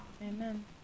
Amen